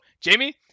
Jamie